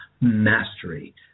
mastery